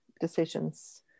decisions